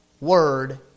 word